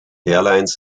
airlines